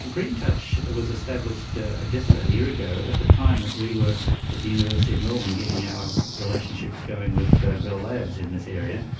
green touch was established ah ah just about a year ago at the time that we were at the university of melbourne getting our relationships going with bell labs in this area.